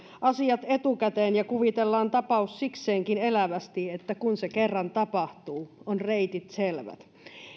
asiat etukäteen ja kuvitellaan tapaus sikseenkin elävästi että kun se kerran tapahtuu ovat reitit selvät